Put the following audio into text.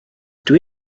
dwi